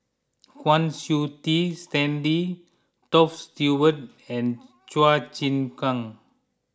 Kwa Siew Tee Stanley Toft Stewart and Chua Chim Kang